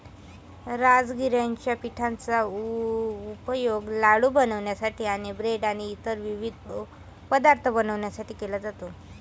राजगिराच्या पिठाचा उपयोग लाडू बनवण्यासाठी आणि ब्रेड आणि इतर विविध पदार्थ बनवण्यासाठी केला जातो